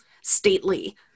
stately